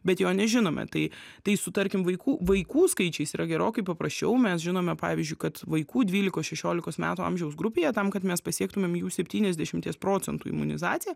bet jo nežinome tai tai su tarkim vaikų vaikų skaičiais yra gerokai paprasčiau mes žinome pavyzdžiui kad vaikų dvylikos šešiolikos metų amžiaus grupėje tam kad mes pasiektumėm jų septyniasdešimties procentų imunizaciją